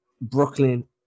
Brooklyn